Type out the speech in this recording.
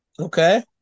Okay